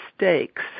mistakes